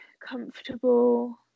comfortable